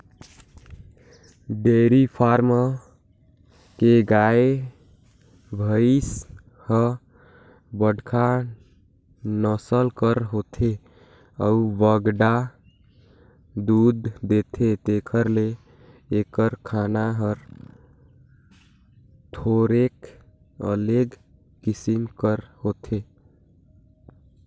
dairy farm के गाय, भंइस ह बड़खा नसल कर होथे अउ बगरा दूद देथे तेकर ले एकर खाना हर थोरोक अलगे किसिम कर होथे